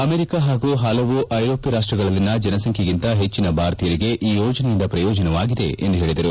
America ಹಾಗೂ ಹಲವು ಐರೋಷ್ತ ರಾಷ್ಷಗಳಲ್ಲಿನ ಜನಸಂಖ್ಯೆಗಿಂತ ಹೆಚ್ಚಿನ ಭಾರತೀಯರಿಗೆ ಈ ಯೋಜನೆಯಿಂದ ಪ್ರಯೋಜನವಾಗಿದೆ ಎಂದು ಹೇಳಿದರು